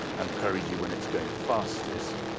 and perigee when it's going fastest.